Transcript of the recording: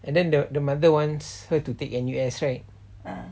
and then the the mother wants her to take N_U_S right